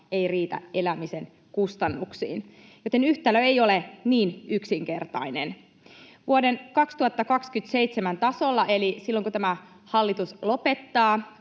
ei riitä elämisen kustannuksiin, joten yhtälö ei ole niin yksinkertainen. Vuoden 2027 tasolla eli silloin, kun tämä hallitus lopettaa